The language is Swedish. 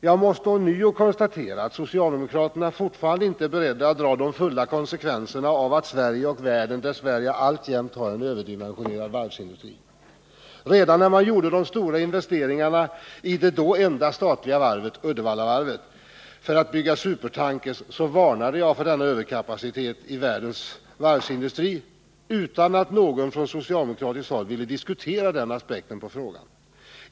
Jag måste ånyo konstatera att socialdemokraterna fortfarande inte är beredda att dra de fulla konsekvenserna av att Sverige och världen dess värre alltjämt har en överdimensionerad varvsindustri. Redan när man gjorde de stora investeringarna i det då enda statliga varvet, nämligen Uddevallavarvet, för att bygga supertankers varnade jag för denna överkapacitet i världens varvsindustri utan att någon från socialdemokratiskt håll ville diskutera den aspekten på frågan.